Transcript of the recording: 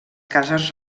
cases